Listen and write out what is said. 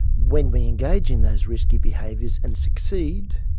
when we engage in those risky behaviours and succeed,